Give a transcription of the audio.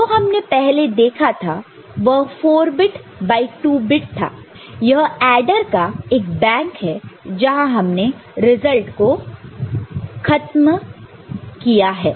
जो हमने पहले देखा था वह 4 बिट बाइ 2 बिट था यह एडर का एक बैंक है जहां हमने रिजल्ट को खत्म किया है